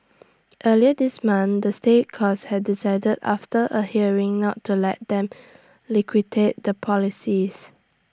earlier this month the state courts has decided after A hearing not to let them liquidate the policies